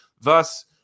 thus